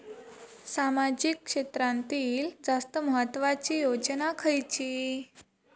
सामाजिक क्षेत्रांतील जास्त महत्त्वाची योजना खयची?